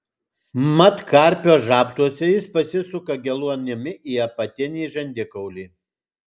mat karpio žabtuose jis pasisuka geluonimi į apatinį žandikaulį